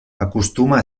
acostuma